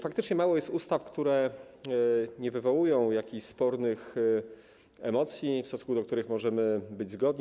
Faktycznie mało jest ustaw, które nie wywołują jakichś spornych emocji, w stosunku do których możemy być zgodni.